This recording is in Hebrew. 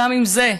גם לזה.